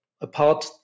apart